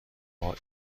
این